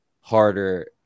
harder